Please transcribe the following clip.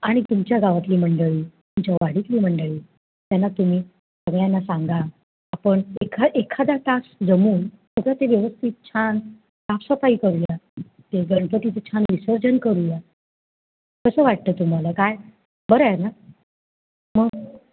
आणि तुमच्या गावातली मंडळी तुमच्या वाडीतली मंडळी त्यांना तुम्ही सगळ्यांना सांगा आपण एखा एखादा तास जमून कसं ते व्यवस्थित छान साफसफाई करूया ते गणपतीचे छान विसर्जन करूया कसं वाटतं तुम्हाला काय बरं आहे ना मग